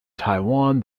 taiwan